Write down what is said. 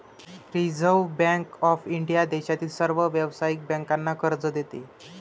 reserve bank of India देशातील सर्व व्यावसायिक बँकांना कर्ज देते